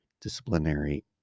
disciplinary